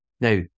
Now